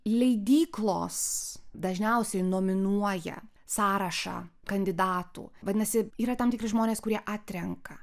leidyklos dažniausiai nominuoja sąrašą kandidatų vadinasi yra tam tikri žmonės kurie atrenka